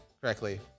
correctly